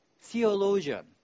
theologian